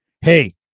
hey